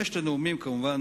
כמובן,